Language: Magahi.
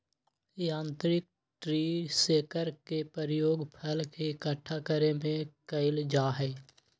यांत्रिक ट्री शेकर के प्रयोग फल के इक्कठा करे में कइल जाहई